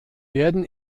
werden